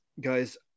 guys